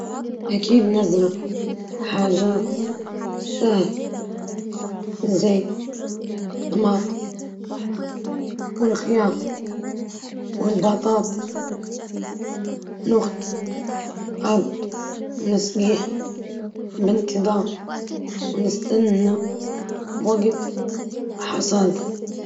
نقدر نزّرع طماطم وبطاطا لأنها سهلة ومفيدة، نحرث الأرض، نرويها، ونعتني بيها يوميًا.